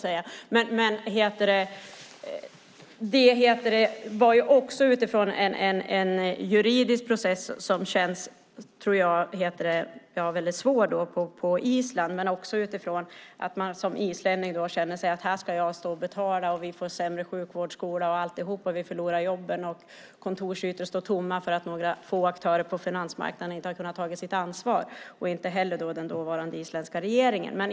Det var också utifrån en juridisk process som var väldigt svår på Island. Man känner som islänning: Här ska jag stå och betala. Vi får sämre sjukvård, skola och alltihop. Vi förlorar jobben och kontorsytor står tomma för att några få aktörer på finansmarknaden inte har tagit sitt ansvar. Det gjorde inte heller den dåvarande isländska regeringen.